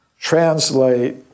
translate